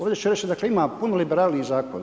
Ovdje ću reći, dakle ima puno liberalniji zakon.